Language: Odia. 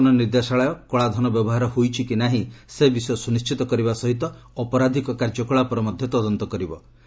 ପ୍ରବର୍ତ୍ତନ ନିର୍ଦ୍ଦେଶାଳୟ କଳାଧନ ବ୍ୟବହାର ହୋଇଛି କି ନାହିଁ ସେ ବିଷୟ ସୁନିଶିଚ କରିବା ସହିତ ଅପରାଧିକ କାର୍ଯ୍ୟକଳାପର ତଦନ୍ତ କରିବ